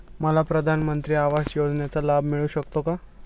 मला प्रधानमंत्री आवास योजनेचा लाभ मिळू शकतो का?